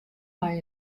mei